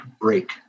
break